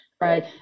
right